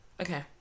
okay